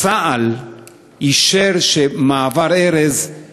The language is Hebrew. שיש כיתות כוננות שמתאמנות כל השנה,